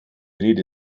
rede